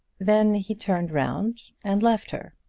then he turned round and left her.